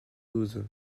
douze